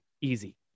easy